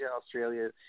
Australia